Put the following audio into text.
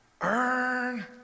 earn